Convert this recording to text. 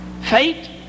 Fate